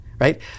right